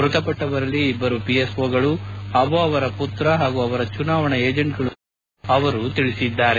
ಮೃತಪಟ್ಟವರಲ್ಲಿ ಇಬ್ಬರು ಪಿಎಸ್ಓಗಳು ಅಭೋ ಅವರ ಮತ್ರ ಹಾಗೂ ಅವರ ಚುನಾವಣಾ ಏಜೆಂಟ್ಗಳು ಸೇರಿದ್ದಾರೆ ಎಂದು ಅವರು ಹೇಳಿದ್ದಾರೆ